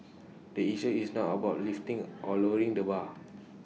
the issue is not about lifting or lowering the bar